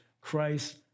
Christ